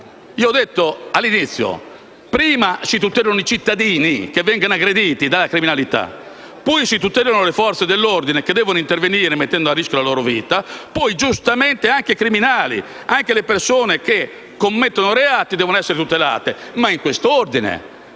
Come ho detto all'inizio, prima si tutelano i cittadini che vengono aggrediti dalla criminalità, poi le Forze dell'ordine che devono intervenire mettendo a rischio la loro vita, poi giustamente anche i criminali: le persone che commettono reati devono essere tutelate, ma in quest'ordine.